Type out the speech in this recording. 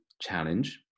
challenge